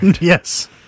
Yes